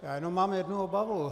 Já jenom mám jednu obavu.